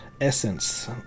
essence